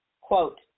quote